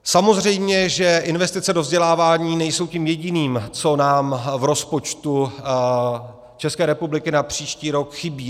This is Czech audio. Samozřejmě že investice do vzdělávání nejsou tím jediným, co nám v rozpočtu České republiky na příští rok chybí.